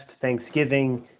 thanksgiving